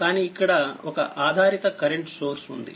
కానీఇక్కడ ఒక ఆధారిత current source ఉంది